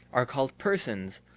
are called persons,